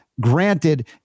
granted